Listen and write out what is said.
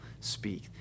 speak